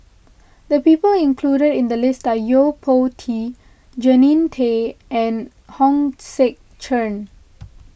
the people included in the list are Yo Po Tee Jannie Tay and Hong Sek Chern